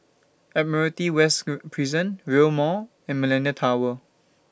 Admiralty West Prison Rail Mall and Millenia Tower